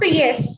yes